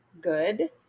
good